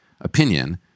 opinion